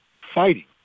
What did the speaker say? fighting